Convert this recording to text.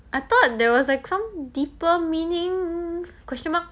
I thought there was like some deeper meaning question mark